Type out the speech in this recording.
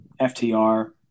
FTR